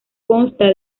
consta